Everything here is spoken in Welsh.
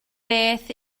beth